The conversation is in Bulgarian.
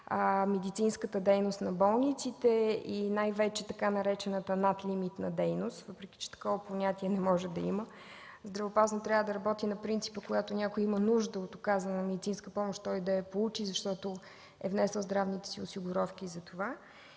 медицинската дейност на болниците и така наречената „надлимитна дейност”, въпреки че такова понятие не може да има – здравеопазването трябва да работи на принципа, че когато някой има нужда от оказване на медицинска помощ, той да я получи, защото е внесъл здравната си осигуровка за това;